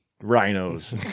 rhinos